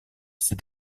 ces